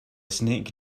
snake